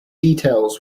details